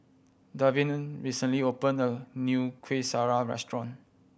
Davin recently opened a new Kuih Syara restaurant